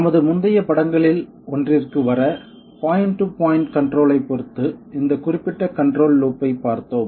நமது முந்தைய படங்களில் ஒன்றிற்கு வர பாயிண்ட் டு பாயின்ட் கன்ட்ரோல் ஐப் பொறுத்து இந்தக் குறிப்பிட்ட கன்ட்ரோல் லூப் ஐப் பார்த்தோம்